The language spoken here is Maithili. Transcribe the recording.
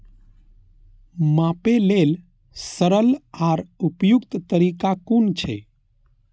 मापे लेल सरल आर उपयुक्त तरीका कुन छै?